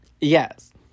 Yes